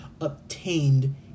obtained